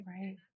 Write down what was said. Right